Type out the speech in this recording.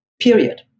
period